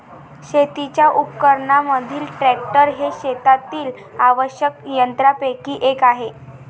शेतीच्या उपकरणांमधील ट्रॅक्टर हे शेतातील आवश्यक यंत्रांपैकी एक आहे